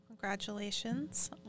Congratulations